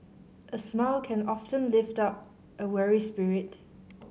a smile can often lift up a weary spirit